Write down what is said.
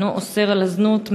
אינו אוסר זנות,